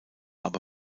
aber